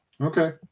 Okay